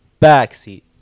backseat